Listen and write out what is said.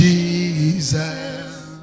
Jesus